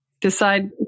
Decide